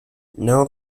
now